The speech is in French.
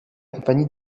compagnie